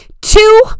two